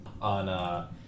on